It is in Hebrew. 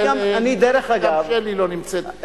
גם שלי לא נמצאת.